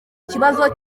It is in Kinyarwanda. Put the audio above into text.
kibazo